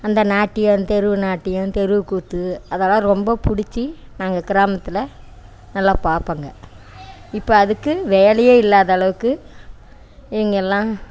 அந்த நாட்டியம் தெரு நாட்டியம் தெருக்கூத்து அதெல்லாம் ரொம்ப பிடிச்சி நாங்கள் கிராமத்தில் நல்லா பார்ப்பங்க இப்போ அதுக்கு வேலையே இல்லாத அளவுக்கு இவங்கெல்லாம்